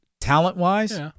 talent-wise